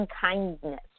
kindness